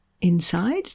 Inside